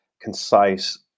concise